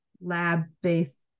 lab-based